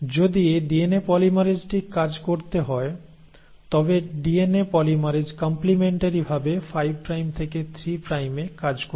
যদি ডিএনএ পলিমারেজটি কাজ করতে হয় তবে ডিএনএ পলিমারেজ কম্প্লিমেন্টারি ভাবে 5 প্রাইম থেকে 3 প্রাইমে কাজ করবে